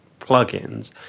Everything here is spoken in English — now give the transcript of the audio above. plugins